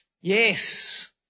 Yes